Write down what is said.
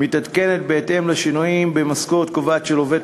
מתעדכנת בהתאם לשינויים במשכורת קובעת של עובד